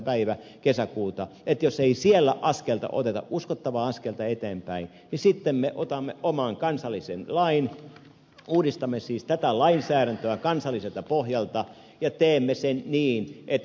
päivä kesäkuuta niin jos ei siellä oteta uskottavaa askelta eteenpäin sitten me otamme oman kansallisen lain uudistamme siis tätä lainsäädäntöä kansalliselta pohjalta ja teemme sen niin että